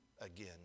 again